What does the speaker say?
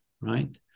right